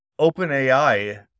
OpenAI